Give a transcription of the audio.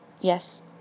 Yes